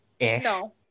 No